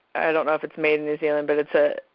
i don't know if it's made in new zealand, but it's a